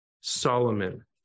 Solomon